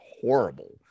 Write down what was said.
horrible